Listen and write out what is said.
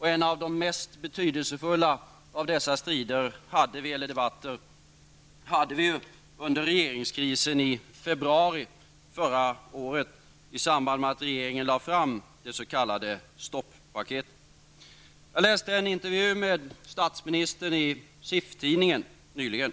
En av de mest betydelsefulla debatterna hade vi under regeringskrisen i februari förra året i samband med att regeringen lade fram det s.k. stoppaketet. Jag läste en intervju med statsministern i SIF tidningen nyligen.